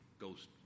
ghost